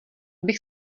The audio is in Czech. bych